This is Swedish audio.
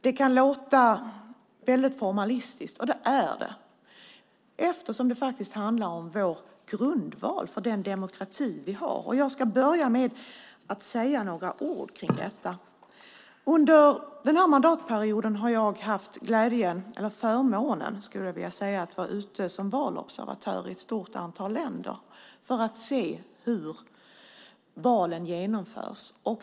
Det kan låta väldigt formalistiskt, och det är det. Det handlar faktiskt om grundvalen för den demokrati vi har. Jag ska börja med att säga några ord om detta. Under den här mandatperioden har jag haft förmånen att vara ute som valobservatör i ett stort antal länder för att se hur valen genomförs.